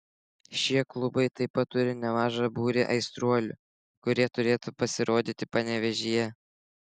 šie klubai taip pat turi nemažą būrį aistruolių kurie turėtų pasirodyti panevėžyje